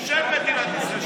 כל מדינת ישראל.